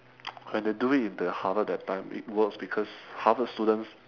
when they do it in the harvard that time it works because harvard students